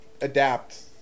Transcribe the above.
adapt